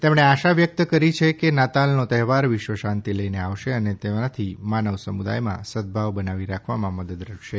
તેમણે આશા વ્યકત કરી છે કે નાતાલનો તહેવાર વિશ્વશાંતિ લઈને આવશે અને એનાથી માનવ સમુદાયમાં સદભાવ બનાવી રાખવામાં મદદ મળશે